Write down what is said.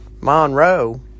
monroe